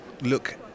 look